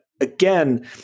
again